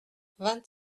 vingt